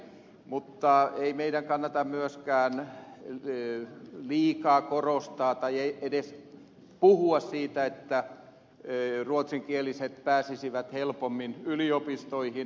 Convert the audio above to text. mutta ei meidän kannata myöskään liikaa korostaa tai edes puhua siitä että ruotsinkieliset pääsisivät helpommin yliopistoihin